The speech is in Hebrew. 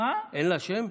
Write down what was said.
אין לה שם?